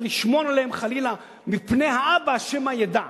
לשמור עליהם חלילה מפני האבא שמא ידע.